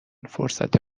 فرصت